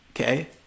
Okay